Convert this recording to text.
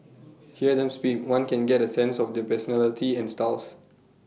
hear them speak one can get A sense of their personality and styles